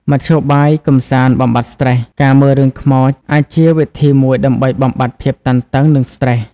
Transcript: មធ្យោបាយកម្សាន្តបំបាត់ស្ត្រេស ការមើលរឿងខ្មោចអាចជាវិធីមួយដើម្បីបំបាត់ភាពតានតឹងនិងស្ត្រេស។